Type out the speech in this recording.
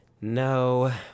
no